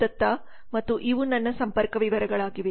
Biplab Datta ಮತ್ತು ಇವು ನನ್ನ ಸಂಪರ್ಕ ವಿವರಗಳಾಗಿವೆ